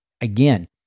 Again